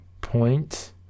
point